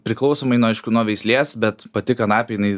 priklausomai nuo aišku nuo veislės bet pati kanapė jinai